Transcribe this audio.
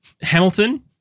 Hamilton